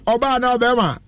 Obama